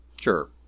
Sure